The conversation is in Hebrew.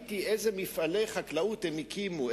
שראיתי איזה מפעלי חקלאות הם הקימו,